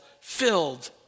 filled